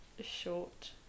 short